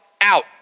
out